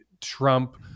Trump